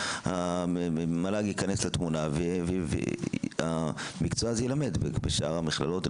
המל"ג יכנס לתמונה והמקצוע הזה יילמד בשאר המכללות,